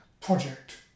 project